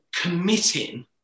committing